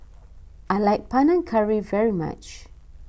I like Panang Curry very much